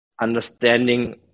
understanding